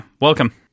welcome